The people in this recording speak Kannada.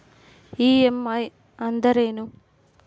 ಇ.ಎಮ್.ಐ ಅಂದ್ರೇನು?